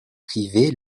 privé